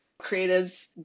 creatives